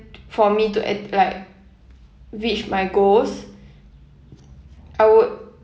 for me to at~ like reach my goals I would